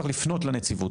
צריך לפנות לנציבות.